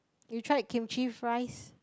you tried Kimchi fries